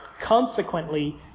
Consequently